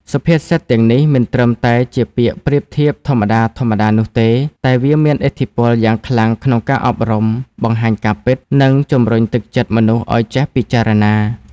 សុភាសិតទាំងនេះមិនត្រឹមតែជាពាក្យប្រៀបធៀបធម្មតាៗនោះទេ តែវាមានឥទ្ធិពលយ៉ាងខ្លាំងក្នុងការអប់រំ បង្ហាញការពិត និងជំរុញទឹកចិត្តមនុស្សឲ្យចេះពិចារណា។